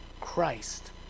Christ